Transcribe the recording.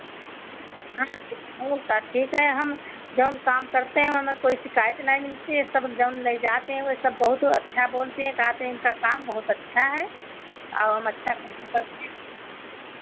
हाँ फिर और का ठीक है हम जऊन काम करते हैं ओहमे कोई शिकायत नहीं मिलती है सब जऊन लइ जाते हैं वह सब बहुत अच्छा बोलते हैं कहत हैं इनका काम बहुत अच्छा है और हम अच्छा काम करते हैं